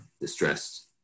distressed